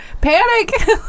panic